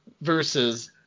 versus